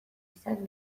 izan